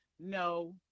No